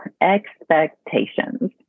expectations